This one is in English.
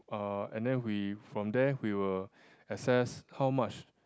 uh and then we from there we will access how much